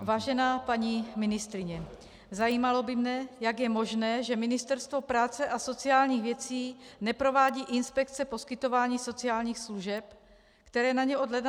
Vážená paní ministryně, zajímalo by mě, jak je možné, že Ministerstvo práce a sociálních věcí neprovádí inspekce poskytování sociálních služeb, které na ně od ledna 2015 přešly.